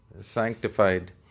sanctified